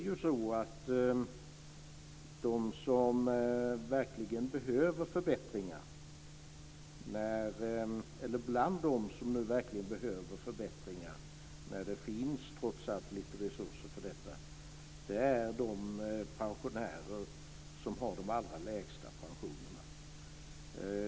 Bland dem som verkligen behöver förbättringar, när det trots allt finns lite resurser för detta, är de pensionärer som har de allra lägsta pensionerna.